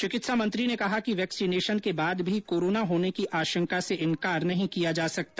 चिकित्सा मंत्री ने कहा कि वैक्सीनेशन के बाद भी कोरोना होने की आशंका से इंकार नहीं किया जा सकता